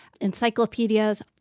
encyclopedias